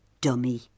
Dummy